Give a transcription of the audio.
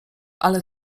ale